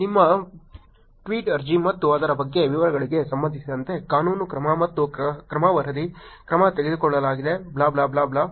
ನಿಮ್ಮ ಟ್ವೀಟ್ ಅರ್ಜಿ ಮತ್ತು ಅದರ ಬಗ್ಗೆ ವಿವರಗಳಿಗೆ ಸಂಬಂಧಿಸಿದಂತೆ ಕಾನೂನು ಕ್ರಮ ಮತ್ತು ಕ್ರಮ ವರದಿ ಕ್ರಮ ತೆಗೆದುಕೊಳ್ಳಲಾಗಿದೆ ಬ್ಲಾ ಬ್ಲಾ ಬ್ಲಾ ಬ್ಲಾ